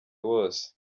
wose